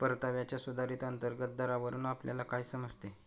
परताव्याच्या सुधारित अंतर्गत दरावरून आपल्याला काय समजते?